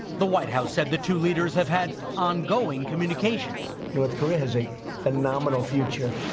the white house said the two leaders have had ongoing communications. north korea has a phenomenal future.